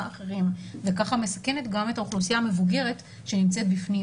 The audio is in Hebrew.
אחרים וככה מסכנת גם את האוכלוסייה המבוגרת שנמצאת בפנים.